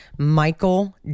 Michael